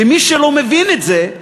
ומי שלא מבין את זה,